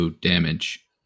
damage